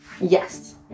Yes